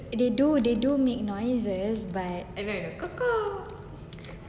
they do they do make noises but